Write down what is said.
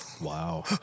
Wow